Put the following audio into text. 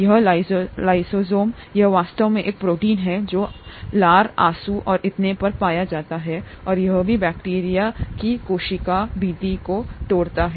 यह लाइसोजाइम यह वास्तव में एक प्रोटीन है जो लार आँसू और इतने पर पाया जाता हैऔर यह भी बैक्टीरिया की कोशिका भित्ति को तोड़ता है